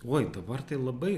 uoj dabar tai labai